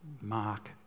Mark